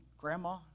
grandma